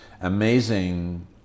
amazing